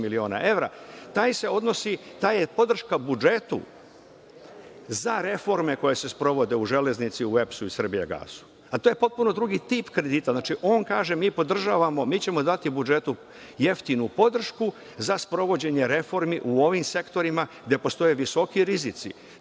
miliona evra, taj je podrška budžetu za reforme koje se sprovode u Železnici u EPS-u i Srbijagasu. Ali, to je potpuno drugi tip kredita. On kaže, mi ćemo dati budžetu jeftinu podršku za sprovođenje reformi u ovim sektorima gde postoje visoki rizici